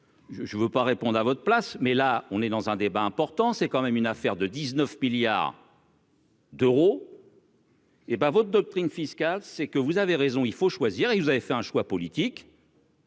je ne veux pas répondre à votre place, mais là on est dans un débat important c'est quand même une affaire de 19 milliards. D'euros. Hé ben votre doctrine fiscale, c'est que vous avez raison, il faut choisir et vous avez fait un choix politique.